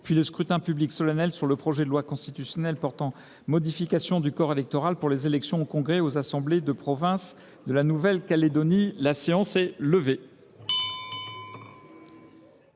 puis scrutin public solennel sur le projet de loi constitutionnelle portant modification du corps électoral pour les élections au congrès et aux assemblées de province de la Nouvelle Calédonie (texte